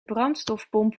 brandstofpomp